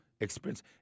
experience